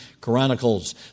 Chronicles